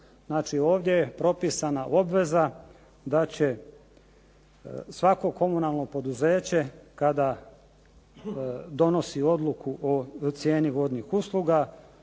ovdje je propisana obveza da će svako komunalno poduzeće kada donosi odluku o cijeni vodnih usluga,